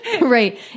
Right